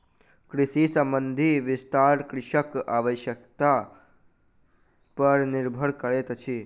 कृषि संबंधी विस्तार कृषकक आवश्यता पर निर्भर करैतअछि